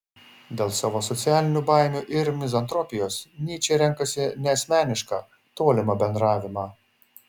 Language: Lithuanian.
dėl savo socialinių baimių ir mizantropijos nyčė renkasi neasmenišką tolimą bendravimą